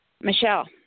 Michelle